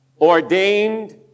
ordained